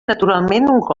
naturalment